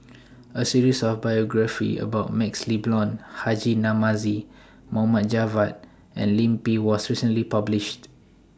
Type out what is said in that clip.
A series of biographies about MaxLe Blond Haji Namazie Mohd Javad and Lim Pin was recently published